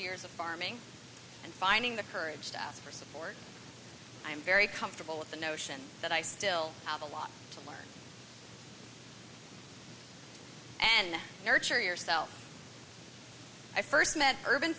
years of farming and finding the courage to ask for support i'm very comfortable with the notion that i still have a lot to learn and nurture yourself i first met urban